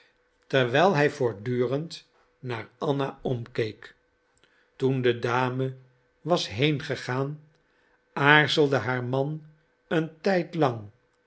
terwijl hij voortdurend naar anna omkeek toen de dame was heengegaan aarzelde haar man een